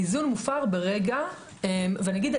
ואני אגיד,